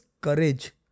courage